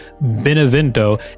Benevento